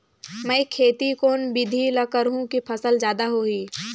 मै खेती कोन बिधी ल करहु कि फसल जादा होही